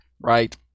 right